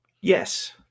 Yes